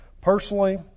personally